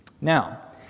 Now